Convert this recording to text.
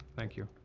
thank you.